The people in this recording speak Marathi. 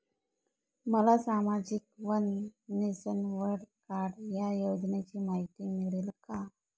मला सामाजिक वन नेशन, वन कार्ड या योजनेची माहिती मिळेल का?